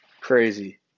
Crazy